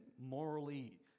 morally